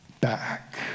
back